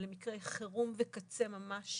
למקרי חירום וקצה ממש.